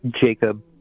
jacob